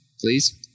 Please